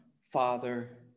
Father